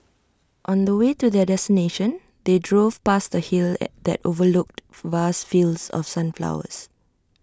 on the way to their destination they drove past A hill that overlooked vast fields of sunflowers